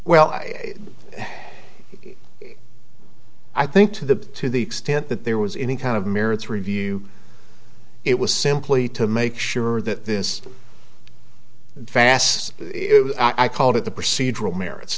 well i think to the to the extent that there was any kind of merits review it was simply to make sure that this fasts i called it the procedural merits